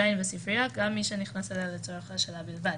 ז' בספריות, גם מ שנכנס אליה לצורך השאלה בלבד.